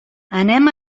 anem